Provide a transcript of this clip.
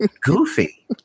goofy